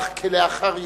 כלאחר ייאוש.